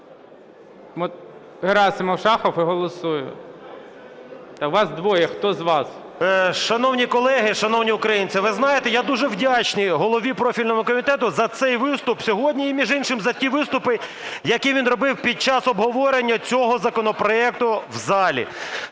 Герасимов, Шахов і голосуємо. Вас двоє. Хто з вас? 11:32:56 ГЕРАСИМОВ А.В. Шановні колеги, шановні українці, ви знаєте, я дуже вдячний голові профільного комітету за цей виступ сьогодні і, між іншим, за ті виступи, які він робив під час обговорення цього законопроекту в залі.